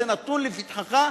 זה נתון לפתחך,